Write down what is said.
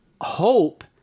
Hope